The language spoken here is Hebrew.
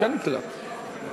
חוק שכר מינימום (העלאת